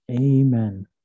Amen